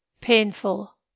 painful